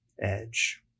edge